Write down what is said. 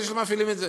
אלה שמפעילים את זה.